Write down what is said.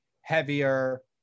heavier